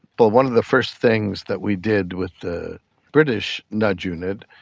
but one of the first things that we did with the british nudge unit,